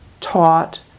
taught